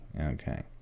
Okay